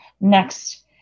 next